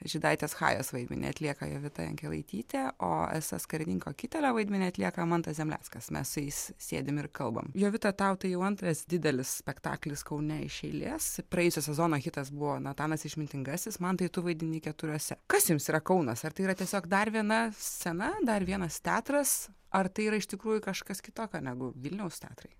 žydaitės chajos vaidmenį atlieka jovita jankelaitytė o ss karininko kitelio vaidmenį atlieka mantas zemleckas mes su jais sėdim ir kalbam jovita tau tai jau antras didelis spektaklis kaune iš eilės praėjusio sezono hitas buvo natanas išmintingasis mantai tu vaidini keturiuose kas jums yra kaunas ar tai yra tiesiog dar viena scena dar vienas teatras ar tai yra iš tikrųjų kažkas kitokio negu vilniaus teatrai